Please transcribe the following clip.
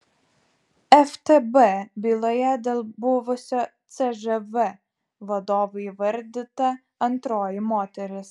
ftb byloje dėl buvusio cžv vadovo įvardyta antroji moteris